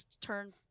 turn